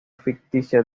ficticia